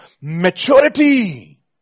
maturity